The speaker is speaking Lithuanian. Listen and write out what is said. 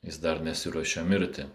jis dar nesiruošia mirti